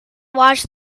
watched